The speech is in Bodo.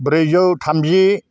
ब्रैजौ थामजि